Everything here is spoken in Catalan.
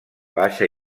baixa